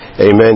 Amen